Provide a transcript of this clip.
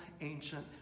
ancient